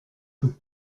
peu